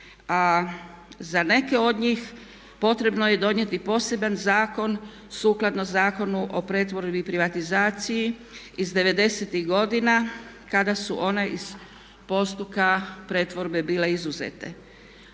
za neke od njih potrebno je donijeti poseban zakon sukladno zakonu o pretvorbi i privatizaciji iz 90.-tih godina kada su one iz postupka pretvorbe bile izuzete.